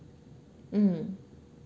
mm